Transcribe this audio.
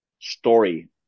story